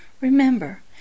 Remember